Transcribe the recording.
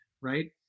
right